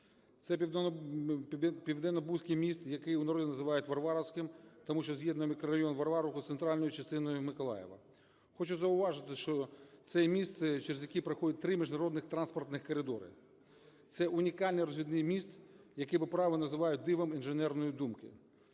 Це Південнобузький міст, який в народі називають Варварівським, тому що згідно з'єднує мікрорайон Варварівка з центральною частиною Миколаєва. Хочу зауважити, що цей міст, через який проходить три міжнародних транспортних коридори. Це унікальний розвідний міст, який по праву називають дивом інженерної думки.